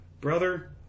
Brother